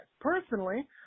Personally